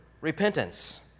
repentance